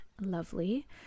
lovely